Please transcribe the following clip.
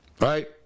right